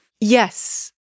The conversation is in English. Yes